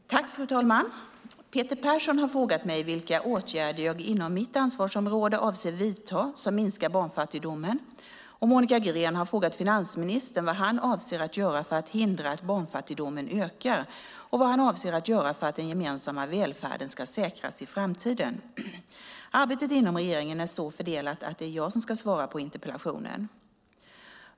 Fru talman! Peter Persson har frågat mig vilka åtgärder jag inom mitt ansvarsområde avser att vidta som minskar barnfattigdomen, och Monica Green har frågat finansministern vad han avser att göra för att hindra att barnfattigdomen ökar och vad han avser att göra för att den gemensamma välfärden ska säkras i framtiden. Arbetet inom regeringen är så fördelat att det är jag som ska svara på interpellationen.